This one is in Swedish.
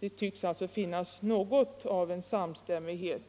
Det tycks alltså finnas något av samstämmighet